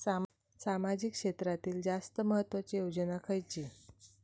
सामाजिक क्षेत्रांतील जास्त महत्त्वाची योजना खयची?